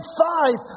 five